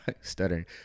stuttering